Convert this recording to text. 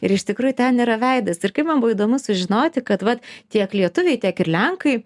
ir iš tikrųjų ten yra veidas ir kaip man buvo įdomu sužinoti kad vat tiek lietuviai tiek ir lenkai